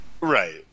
right